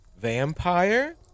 vampire